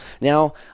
Now